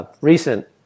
Recent